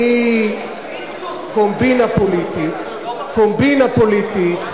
מקומבינה פוליטית, קומבינה פוליטית,